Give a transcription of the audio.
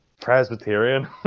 Presbyterian